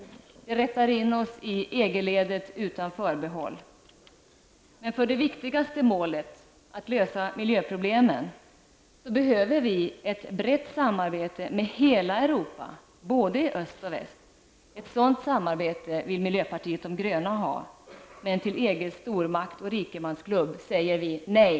Sverige rättar in sig i För det viktigaste målet, att lösa miljöproblemen, behövs ett brett samarbete med hela Europa, både i öst och i väst. Ett sådant samarbete vill miljöpartiet de gröna ha. Men till EGs stormaktsoch rikemansklubb säger vi nej!